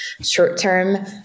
short-term